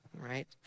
right